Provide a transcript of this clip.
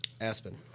Aspen